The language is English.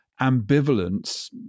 ambivalence